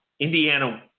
Indiana